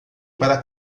para